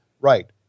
Right